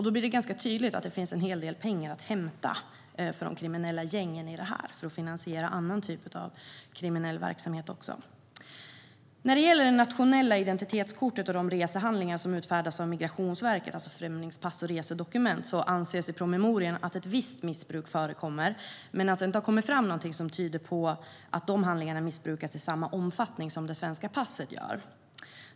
Då blir det ganska tydligt att det finns en hel del pengar att hämta för de kriminella gängen för att finansiera annan typ av kriminell verksamhet också. När det gäller det nationella identitetskortet och de resehandlingar som utfärdas av Migrationsverket, alltså främlingspass och resedokument, anges det i promemorian att ett visst missbruk förekommer men att det inte har kommit fram någonting som tyder på att de handlingarna missbrukas i samma omfattning som det svenska passet gör.